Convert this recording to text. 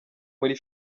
muri